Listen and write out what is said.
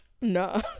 no